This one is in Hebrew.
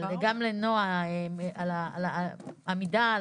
וגם לנעה על העמידה,